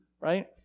right